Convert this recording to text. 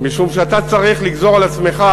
משום שאתה צריך לגזור על עצמך,